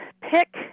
pick